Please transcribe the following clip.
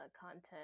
content